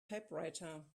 typewriter